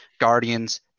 guardians